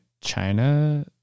China